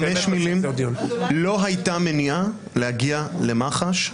חמש מילים: לא הייתה מניעה להגיע למח"ש.